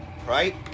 right